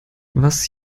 was